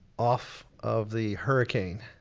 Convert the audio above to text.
off of the hurricane,